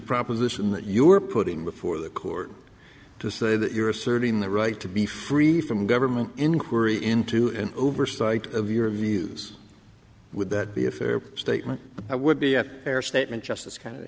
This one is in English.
proposition that you are putting before the court to say that you're asserting the right to be free from government inquiry into an oversight of your views would that be a fair post a comment i would be a fair statement just this kind